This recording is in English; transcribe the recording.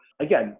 again